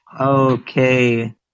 okay